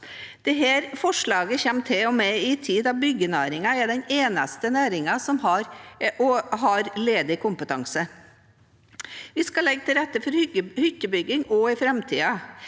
Dette forslaget kommer til og med i en tid da byggenæringen er den eneste næringen som har ledig kompetanse. Vi skal legge til rette for hyttebygging også i framtiden,